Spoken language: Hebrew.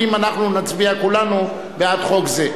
אם אנחנו נצביע כולנו בעד חוק זה.